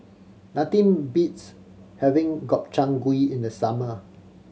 nothing beats having Gobchang Gui in the summer